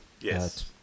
Yes